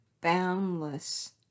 boundless